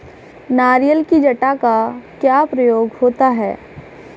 नारियल की जटा का क्या प्रयोग होता है?